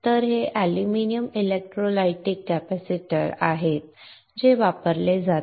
तर हे aluminium electrolytic capacitor आहेत जे वापरले जातील